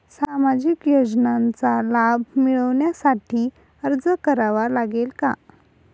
सामाजिक योजनांचा लाभ मिळविण्यासाठी अर्ज करावा लागेल का?